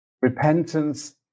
Repentance